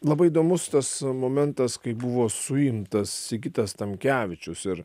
labai įdomus tas momentas kai buvo suimtas sigitas tamkevičius ir